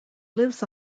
lives